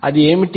అది ఏమిటి